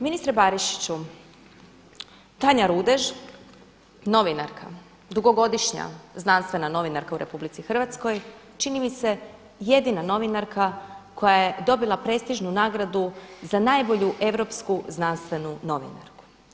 Ministre Barišić, Tanja Rudež novinarka dugogodišnja znanstvena novinarka u Republici Hrvatskoj čini mi se jedina novinarska koja je dobila prestižnu nagradu za najbolju europsku znanstvenu novinarku.